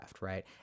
right